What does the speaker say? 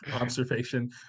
observation